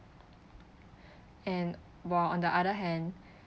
and while on the hand